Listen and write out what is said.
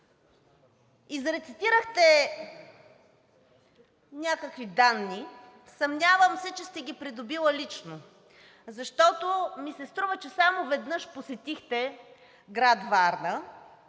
Изрецитирахте някакви данни – съмнявам се, че сте ги придобили лично, защото ми се струва, че само веднъж посетихте град Варна,